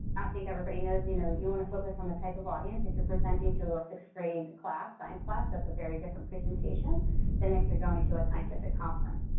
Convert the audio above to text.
i think everybody knows you know wanna focus on the type of audience. if you're presenting to a sixth-grade class, science class, that's a very different presentation than if you're going to a scientific conference.